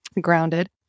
grounded